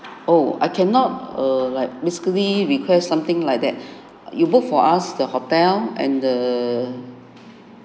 oh I cannot err like basically request something like that you book for us the hotel and the